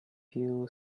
few